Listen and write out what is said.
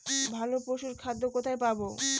ভালো পশুর খাদ্য কোথায় পাবো?